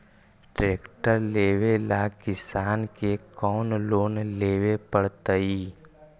Tractor लेवेला किसान के कौन लोन लेवे पड़तई?